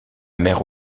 mère